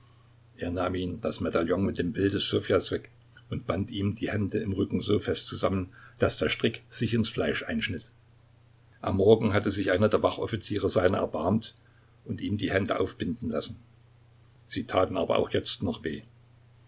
er nahm ihm das medaillon mit dem bilde ssofjas weg und band ihm die hände im rücken so fest zusammen daß der strick sich ins fleisch einschnitt am morgen hatte sich einer der wachoffiziere seiner erbarmt und ihm die hände aufbinden lassen sie taten aber auch jetzt noch weh